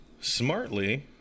smartly